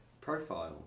Profile